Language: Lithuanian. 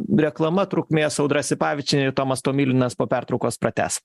reklama trukmės audra sipavičienė tomas tomilinas po pertraukos pratęs